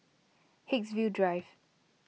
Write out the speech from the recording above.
Haigsville Drive